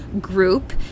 group